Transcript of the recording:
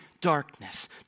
darkness